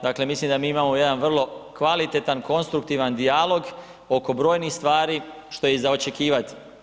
Dakle mislim da mi imamo jedan vrlo kvalitetan, konstruktivan dijalog oko brojnih stvari što je i za očekivati.